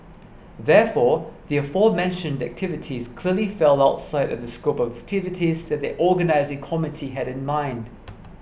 therefore the aforementioned activities clearly fell outside of the scope of activities that the organising committee had in mind